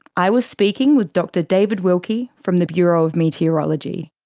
i was speaking with dr david wilkie from the bureau of meteorology.